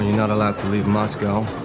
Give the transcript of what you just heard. not allowed to leave moscow.